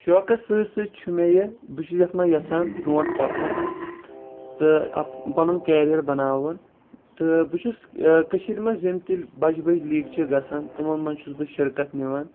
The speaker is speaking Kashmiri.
شوقَس سۭتۍ سۭتۍ چھُ مےٚ یہِ بہٕ چھُس یتھ منٛز یژھان برٛونٛٹھ پکُن تہٕ پنُن کریر بناوُن تہٕ بہٕ چھُس کٔشیٖرِ منٛز یِم تہِ بجہِ بجہِ لیٖگہٕ چھِ گژھان تمو منٛز چھُس بہٕ شرکت نِوان